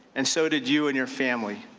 and so did you and your family.